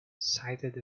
sighted